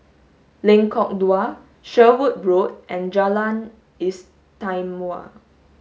Lengkok Dua Sherwood Road and Jalan Istimewa